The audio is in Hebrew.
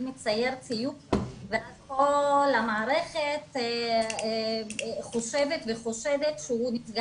מצייר ציור ואז כל המערכת חושבת וחושדת שהוא נפגע